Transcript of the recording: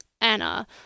Anna